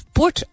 put